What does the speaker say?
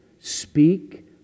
speak